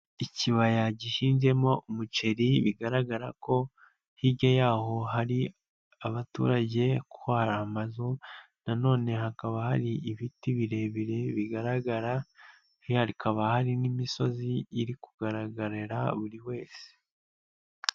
Ikibaya gihinzemo umuceri bigaragara ko hirya y'aho hari abaturage kuko hari amazu na none hakaba hari ibiti birebire bigaragara, hari n'imisozi iri kugaragarira buri wese.